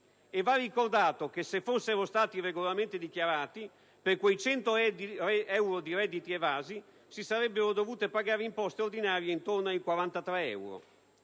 ricordato che, se fossero stati regolarmente dichiarati, per quei 100 euro di redditi evasi si sarebbero dovute pagare imposte ordinarie intorno ai 43 euro.